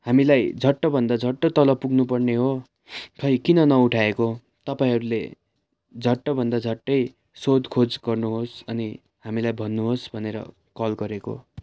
हामीलाई झट्टभन्दा झट्ट तल पुग्नुपर्ने हो खे किन नउठाएको तपाईँहरूले झट्टभन्दा झट्टै सोधखोज गर्नुहोस् अनि हामीलाई भन्नुहोस् भनेर कल गरेको